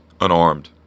unarmed